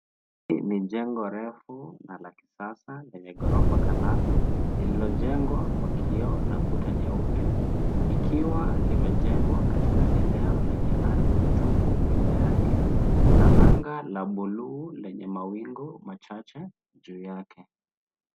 Ni jengo refu na la kisasa lenye ghorofa kadhaa, lililojengwa kwa kioo na kuta nyeupe likiwa limejengwa katika eneo lenye ardhi tupu .Mbele yake na anga la bluu lenye mawingu machache juu yake.